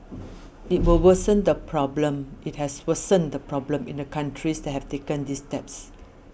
it will worsen the problem it has worsened the problem in the countries that have taken these steps